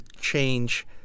change